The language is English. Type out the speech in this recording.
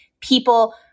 people